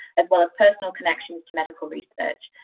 as well as personal connections to medical research.